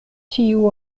tiu